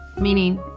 meaning